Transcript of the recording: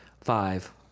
Five